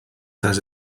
says